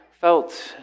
felt